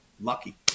lucky